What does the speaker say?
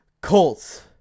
Colts